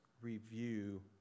review